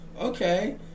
okay